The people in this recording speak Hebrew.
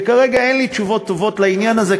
וכרגע אין לי תשובות טובות לעניין הזה,